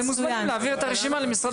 אתם מוזמנים להעביר את הרשימה למשרד